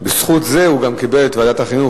בזכות זה הוא גם קיבל ועדת החינוך.